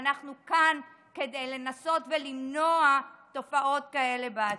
ואנחנו כאן כדי לנסות ולמנוע תופעות כאלה בעתיד.